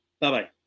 bye-bye